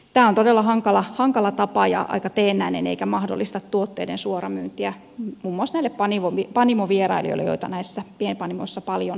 tämä on todella hankala tapa ja aika teennäinen eikä mahdollista tuotteiden suoramyyntiä muun muassa näille panimovierailijoille joita näissä pienpanimoissa paljon käy